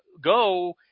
go